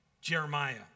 Jeremiah